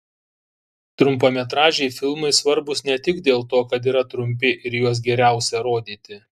trumpametražiai filmai svarbūs ne tik dėl to kad yra trumpi ir juos geriausia rodyti